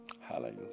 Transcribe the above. hallelujah